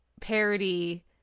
parody